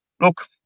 look